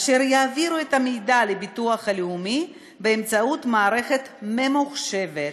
אשר יעבירו את המידע לביטוח הלאומי באמצעות מערכת ממוחשבת.